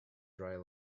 dry